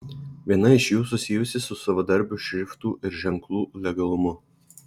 viena iš jų susijusi su savadarbių šriftų ir ženklų legalumu